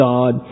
God